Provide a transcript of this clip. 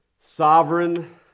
Sovereign